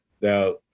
Now